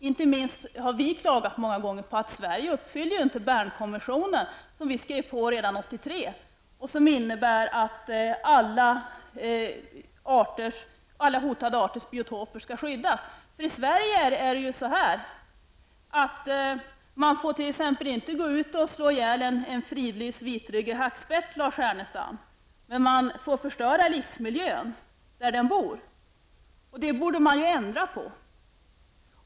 Inte minst har vi i miljöpartiet många gånger klagat på att Sverige inte uppfyller de krav som uppställs i Bernkonventionen som vi skrev på redan 1983, och som innebär att alla hotade arters biotoper skall skyddas. I Sverige får man t.ex. inte gå ut och slå ihjäl en fridlyst vitryggig hackspett, Lars Ernestam, men man får förstöra livsmiljön där den bor, och det borde man ändra på.